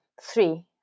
three